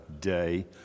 day